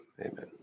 amen